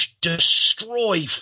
destroy